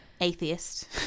Atheist